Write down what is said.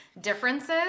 differences